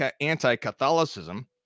anti-Catholicism